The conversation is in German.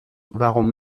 warum